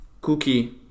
Cookie